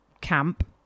camp